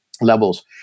levels